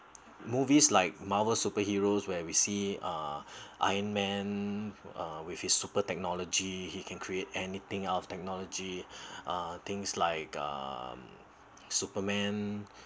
movies like marvel superheroes where we see uh iron man uh with his super technology he can create anything out of technology uh things like um superman